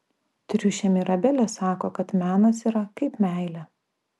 triušė mirabelė sako kad menas yra kaip meilė